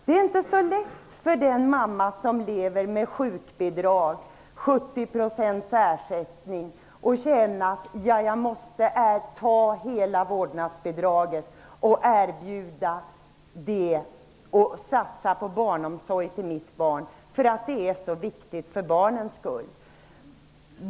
Det är inte så lätt för den mamma som har sjukbidrag med 70 % ersättning och som känner att hon måste satsa hela vårdnadsbidraget på barnomsorg för sitt barn, eftersom det är så viktigt för barnens skull.